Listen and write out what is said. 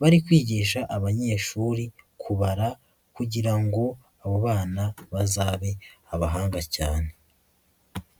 bari kwigisha abanyeshuri kubara kugira ngo abo bana bazabe abahanga cyane.